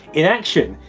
in action!